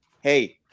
Hey